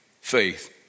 faith